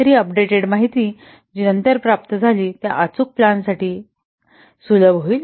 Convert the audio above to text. तर ही अपडेटेड माहिती जी नंतर प्राप्त झाली त्या अचूक प्लॅनसाठी सुलभ करतील